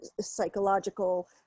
psychological